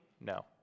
No